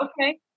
Okay